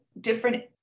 different